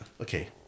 okay